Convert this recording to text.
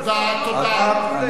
תענה, תודה, תודה.